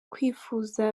kwifuza